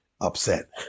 upset